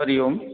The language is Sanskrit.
हरिः ओम्